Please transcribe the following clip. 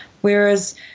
Whereas